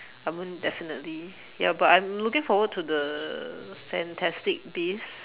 I mean definitely ya but I'm looking forward to the fantastic beast